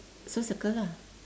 so circle lah